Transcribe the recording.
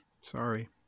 sorry